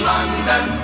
London